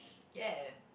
ya